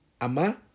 Ama